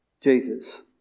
Jesus